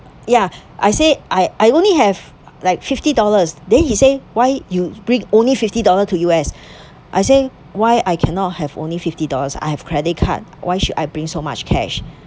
ya I said I I only have like fifty dollars then he said why you bring only fifty dollar to U_S I say why I cannot have only fifty dollars I have credit card why should I bring so much cash